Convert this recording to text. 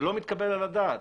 לא מתקבל על הדעת,